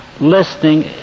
Listening